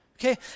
okay